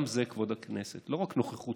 גם זה כבוד הכנסת, לא רק נוכחות